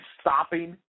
stopping